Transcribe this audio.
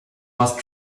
must